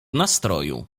nastroju